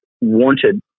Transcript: wanted